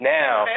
now